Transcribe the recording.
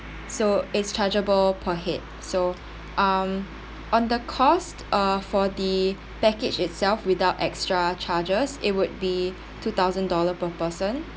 so it's chargeable per head so um on the cost uh for the package itself without extra charges it would be two thousand dollar per person